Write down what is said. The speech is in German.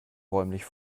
räumlich